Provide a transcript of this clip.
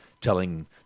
telling